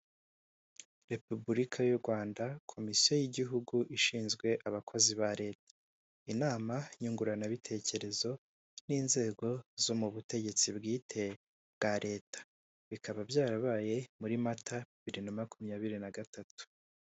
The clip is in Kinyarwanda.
Repubulika y'u Rwanda, komisiyo y'igihugu ishinzwe abakozi ba leta, inama nyunguranabitekerezo n'inzego zo mu butegetsi bwite bwa leta bikaba byarabaye muri mata bibiri na makumyabiri na gatatu.